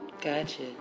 Gotcha